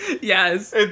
Yes